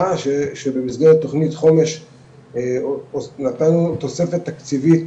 שבמסגרת תוכנית חומש נתנו נוספת תקציבית